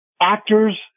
actors